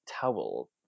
towel